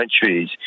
countries